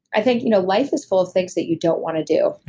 i think you know life is full of things that you don't want to do.